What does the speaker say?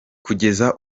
kugeza